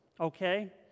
okay